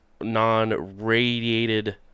non-radiated